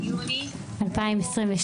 ובעצם האחרונה בכנסת הזאת